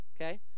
Okay